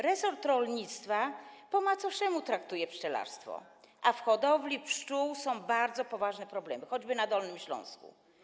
Resort rolnictwa po macoszemu traktuje pszczelarstwo, a w hodowli pszczół są bardzo poważne problemy, choćby na Dolnym Śląsku.